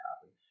happen